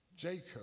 Jacob